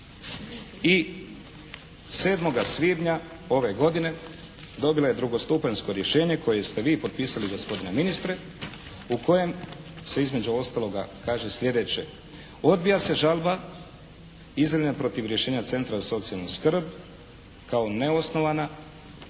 i 7. svibnja ove godine dobila je drugostupanjsko rješenje koje ste vi potpisali gospodine ministre, u kojem se između ostaloga kaže sljedeće odbija se žalba izjavljene protiv rješenja Centra za socijalnu skrb kao neosnovana,